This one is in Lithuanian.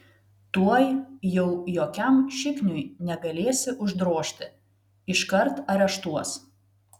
tuoj jau jokiam šikniui negalėsi uždrožti iškart areštuos